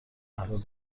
قهوه